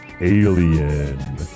alien